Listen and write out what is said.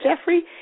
Jeffrey